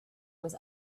was